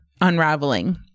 unraveling